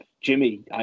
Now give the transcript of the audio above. Jimmy